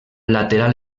lateral